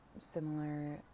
similar